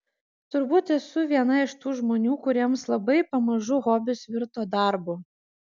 turbūt esu viena iš tų žmonių kuriems labai pamažu hobis virto darbu